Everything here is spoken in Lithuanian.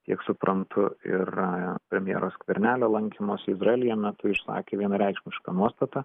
kiek suprantu ir premjero skvernelio lankymosi izraelyje metu išsakė vienareikšmišką nuostatą